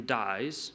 dies